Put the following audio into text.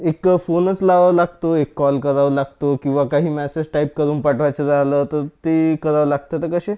एक फोनच लावावा लागतो एक कॉल करावा लागतो किंवा काही मेसेज टाइप करून पाठवायचं झालं तर ते करावं लागतं तर कसे